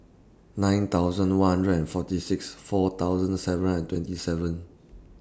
nine thousand one hundred and forty six four thousand seven hundred and twenty seven